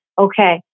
okay